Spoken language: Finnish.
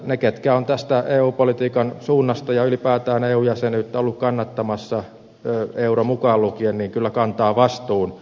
ne jotka ovat tätä eu politiikan suuntaa ja ylipäätään eu jäsenyyttä olleet kannattamassa euro mukaan lukien kyllä kantavat vastuun